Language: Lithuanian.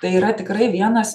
tai yra tikrai vienas